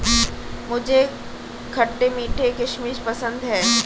मुझे खट्टे मीठे किशमिश पसंद हैं